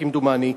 כמדומני,